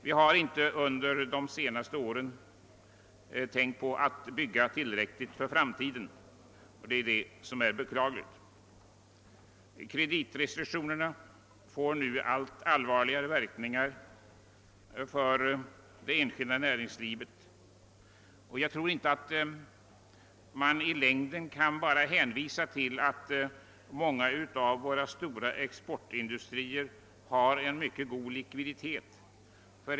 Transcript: Vi har under de senaste åren inte i tillräcklig utsträckning gått in för att bygga för framtiden, vilket är beklagligt. Kreditrestriktionerna får nu allt allvarligare verkningar för det enskilda näringslivet. Jag tror inte att man i längden bara kan hänvisa till att många av våra stora exportindustrier har en mycket god likviditet.